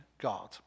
God